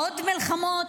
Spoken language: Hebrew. עוד מלחמות?